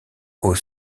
aux